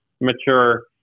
mature